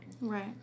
Right